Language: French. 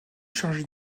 chargée